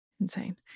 insane